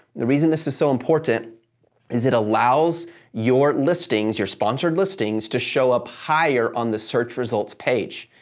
the reason this is so important is it allows your listings, your sponsored listings, to show up higher on the search results page.